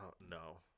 no